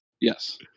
Yes